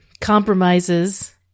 Compromises